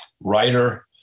writer